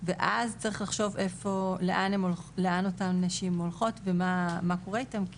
ואז צריך לחשוב איפה לאן אותן נשים הולכות ומה קורה איתן,